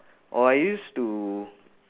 oh I used to